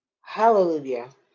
Hallelujah